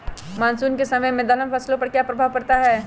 Monsoon के समय में दलहन फसलो पर क्या प्रभाव पड़ता हैँ?